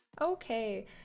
okay